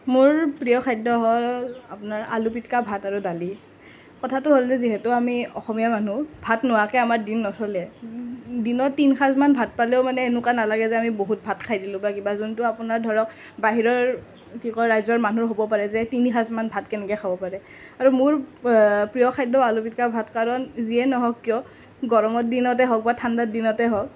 মোৰ প্ৰিয় খাদ্যটো হ'ল আপোনাৰ আলু পিটিকা ভাত আৰু দালি কথাটো হ'ল যে যিহেতু আমি অসমীয়া মানুহ ভাত নোহোৱাকৈ আমাৰ দিন নচলে দিনত তিনি সাঁজমান ভাত পালেও মানে এনেকুৱা নালাগে যে আমি বহুত ভাত খায় দিলোঁ বা কিবা যোনটো আপোনাৰ ধৰক বাহিৰৰ কি কয় ৰাজ্যৰ মানুহ ক'ব পাৰে যে তিনি সাঁজমান ভাত কেনেকৈ খাব পাৰে আৰু মোৰ প্ৰিয় খাদ্য আলু পিটিকা ভাত কাৰণ যিয়ে নহওঁক কিয় গৰমৰ দিনতে হওঁক বা ঠাণ্ডাৰ দিনতে হওঁক